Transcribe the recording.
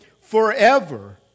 forever